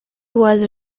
was